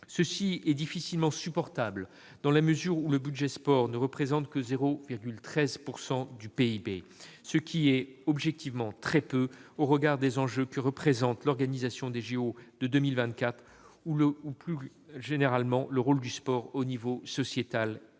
Cela est difficilement supportable, dans la mesure où le budget dédié au sport ne représente que 0,13 % du PIB, ce qui est objectivement très peu au regard des enjeux que représentent l'organisation des jeux Olympiques de 2024 ou, plus généralement, le rôle du sport dans la société, notamment